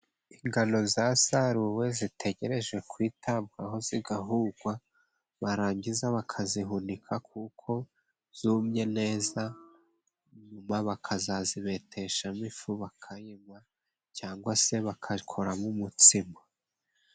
Ingano zasaruwe zitegereje kwitabwaho zigahurwa, barangiza bakazihunika kuko zumye neza, nyuma bakazazibeteshamo ifu bakayinywa cyangwa se bakabikoramo umutsima.